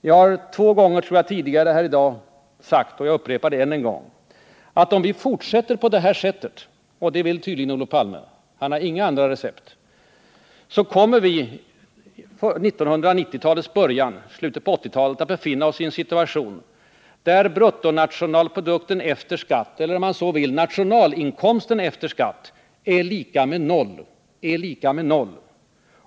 Jag har tror jag två gånger tidigare i dag sagt — och jag upprepar det än en gång — att om vi fortsätter på det här sättet, och det vill tydligen Olof Palme, för han har inga andra recept, då kommer vi i början av 1990-talet eller slutet på 1980-talet att befinna oss i en situation där bruttonationalprodukten efter skatt, eller om man så vill nationalinkomsten efter skatt, är lika med noll.